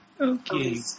Okay